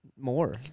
More